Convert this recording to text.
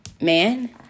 man